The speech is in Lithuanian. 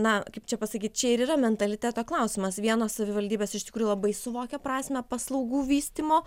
na kaip čia pasakyti čia ir yra mentaliteto klausimas vienos savivaldybės iš tikrųjų labai suvokia prasmę paslaugų vystymo